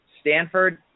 Stanford